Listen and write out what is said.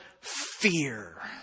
fear